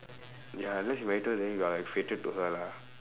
ya unless you married to her then you are like fated to her lah